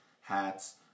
hats